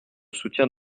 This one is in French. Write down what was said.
soutien